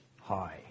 high